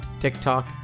TikTok